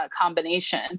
combination